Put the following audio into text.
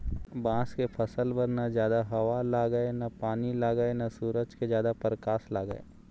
बांस के फसल बर न जादा हवा लागय न पानी लागय न सूरज के जादा परकास लागय